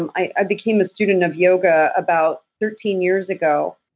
um i became a student of yoga about thirteen years ago.